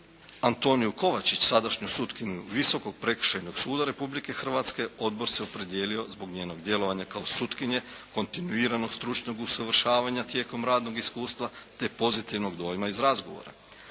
Antoniju Kovačić, sadašnju sutkinju Visokog prekršajnog suda Republike Hrvatske odbor se opredijelio zbog njenog djelovanja kao sutkinje, kontinuiranog stručnog usavršavanja tijekom radnom iskustva te pozitivnog dojma iz razgovora.